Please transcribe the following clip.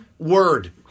Word